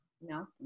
No